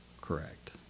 Correct